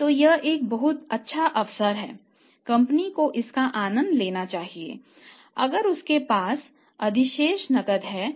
तो यह एक बहुत अच्छा अवसर है कंपनी को इसका आनंद लेना चाहिए अगर उनके पास अधिशेष नकदी हैं